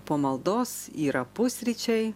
po maldos yra pusryčiai